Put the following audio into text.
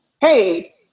hey